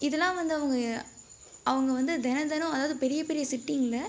இதெலாம் வந்து அவங்க அவங்க வந்து தினம் தினம் அதாவது பெரிய பெரிய சிட்டியில